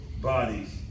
bodies